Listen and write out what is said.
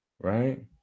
Right